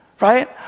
right